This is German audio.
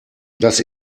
das